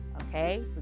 okay